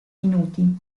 minuti